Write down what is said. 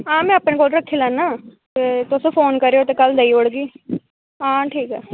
आं में अपने कोल रक्खी लैना ते तुसें फोन करेओ लेई जाह्गी आं ठीक ऐ